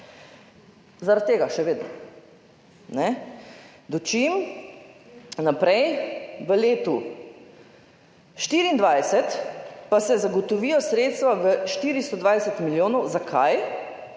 Zaradi tega še vedno. Dočim se naprej v letu 2024 se zagotovijo sredstva v višini 420 milijonov. Za kaj?